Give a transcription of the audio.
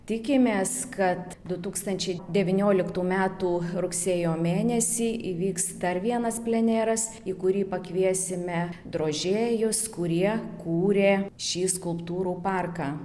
tikimės kad du tūkstančiai devynioliktų metų rugsėjo mėnesį įvyks dar vienas plenėras į kurį pakviesime drožėjus kurie kūrė šį skulptūrų parką